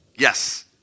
Yes